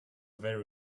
very